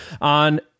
on